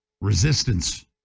Resistance